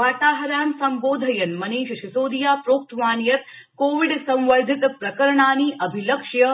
वार्ताहरान् सम्बोधयन् मनीष सिसोदिया प्रोक्तवान् यत् कोविड संवर्द्धित प्रकरणानि अभिलक्ष्य